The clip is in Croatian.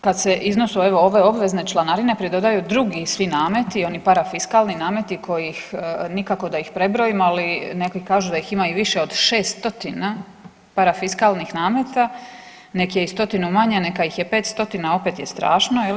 Kad se iznosu evo, ove obvezne članarine pridodaju drugi svi nameti, oni parafiskalni nameti kojih nikako da ih prebrojimo, ali neki kažu da ih ima i više od 6 stotina parafiskalnih nameta, nek je i stotinu manje, neka ih je 5 stotina, opet je strašno, je li?